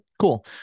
Cool